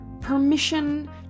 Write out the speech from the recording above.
permission